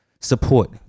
Support